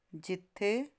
ਜਿੱਥੇ